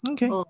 Okay